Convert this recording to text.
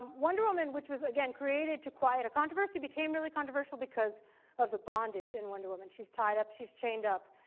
wonder woman, which was again created to quiet a controversy, became really controversial because of the bondage in wonder woman. she's tied up. she's chained up.